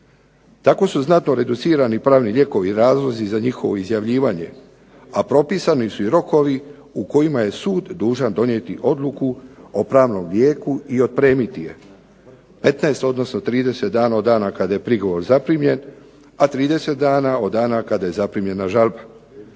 Tako su znatno reducirani pravni lijekovi i razlozi za njihovo izjavljivanje, a propisani su i rokovi u kojima je sud dužan donijeti odluku o pravnom vijeku i otpremiti je. 15 odnosno 30 dana od dana kada je prigovor zaprimljen, a 30 dana od dana kada je zaprimljena žalba.